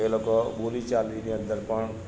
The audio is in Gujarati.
એ લોકો બોલી ચાલીની અંદર પણ